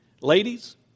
Ladies